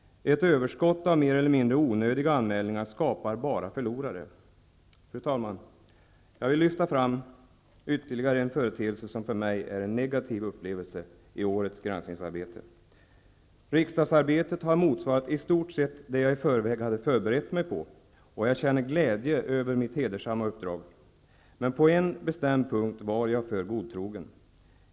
Ett överskott av mer eller mindre onödiga anmälningar skapar bara förlorare. Fru talman! Jag vill lyfta fram ytterligare en företeelse som för mig är en negativ upplevelse i årets granskningsarbete. Riksdagsarbetet har i stort sett motsvarat det jag i förväg hade förberett mig på, och jag känner glädje över mitt hedersamma uppdrag. Men på en bestämd punkt var jag för godtrogen.